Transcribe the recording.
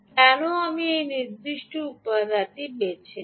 কেন আমি এই নির্দিষ্ট উপাদানটি বেছে নিই